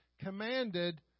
commanded